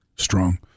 Strong